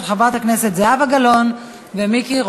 של חברי הכנסת זהבה גלאון ומיקי רוזנטל.